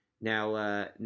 Now